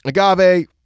agave